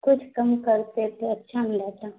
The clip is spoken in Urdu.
کچھ کم کرتے تو اچھا نہ رہتا